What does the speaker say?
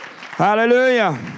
hallelujah